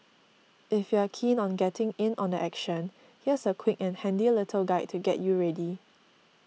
if you're keen on getting in on the action here's a quick and handy little guide to get you ready